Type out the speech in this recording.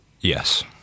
Yes